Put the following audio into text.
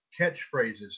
catchphrases